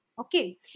Okay